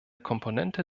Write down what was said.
komponente